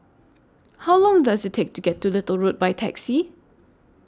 How Long Does IT Take to get to Little Road By Taxi